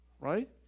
Right